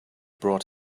brought